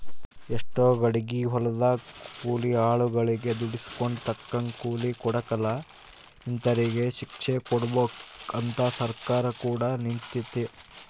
ಎಷ್ಟೊ ಕಡಿಗೆ ಹೊಲದಗ ಕೂಲಿ ಆಳುಗಳಗೆ ದುಡಿಸಿಕೊಂಡು ತಕ್ಕಂಗ ಕೂಲಿ ಕೊಡಕಲ ಇಂತರಿಗೆ ಶಿಕ್ಷೆಕೊಡಬಕು ಅಂತ ಸರ್ಕಾರ ಕೂಡ ನಿಂತಿತೆ